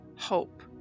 hope